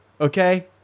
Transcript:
okay